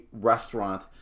restaurant